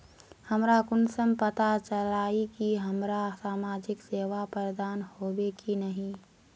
हमरा कुंसम पता चला इ की हमरा समाजिक सेवा प्रदान होबे की नहीं?